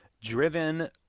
driven